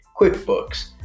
QuickBooks